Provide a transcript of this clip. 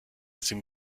sim